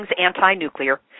anti-nuclear